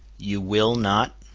you will not?